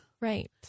Right